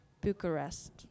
Bucharest